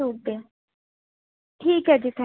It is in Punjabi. ਠੀਕ ਹੈ ਠੀਕ ਹੈ ਜੀ ਥੈਂ